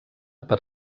per